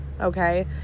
okay